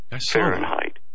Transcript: Fahrenheit